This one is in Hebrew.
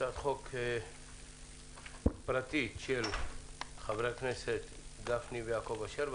הצעת חוק פרטית של חברי הכנסת גפני ויעקב אשר,